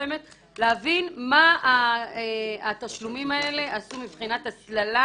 באמת להבין מה התשלומים האלה עשו מבחינת הסללה